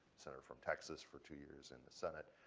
senator from texas, for two years in the senate.